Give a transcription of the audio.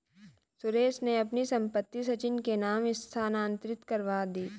सुरेश ने अपनी संपत्ति सचिन के नाम स्थानांतरित करवा दी